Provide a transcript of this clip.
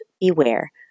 beware